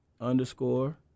underscore